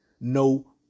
no